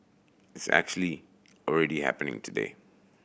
it's actually already happening today